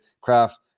Craft